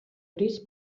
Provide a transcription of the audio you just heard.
gris